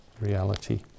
reality